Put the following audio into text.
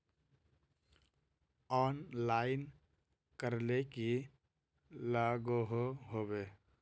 Online करले की लागोहो होबे?